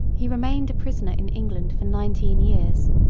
he remained a prisoner in england for nineteen years,